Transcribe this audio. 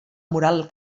moral